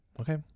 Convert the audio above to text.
Okay